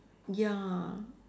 ya